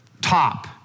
top